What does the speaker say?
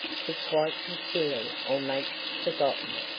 could quite conceal or make forgotten.